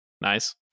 Nice